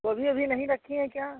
गोभी ओभी नहीं रखी हैं क्या